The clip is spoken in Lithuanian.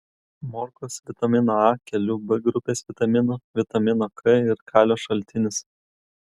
morkos vitamino a kelių b grupės vitaminų vitamino k ir kalio šaltinis